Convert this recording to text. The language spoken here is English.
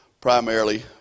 primarily